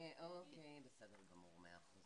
בסדר גמור, מאה אחוז.